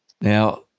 Now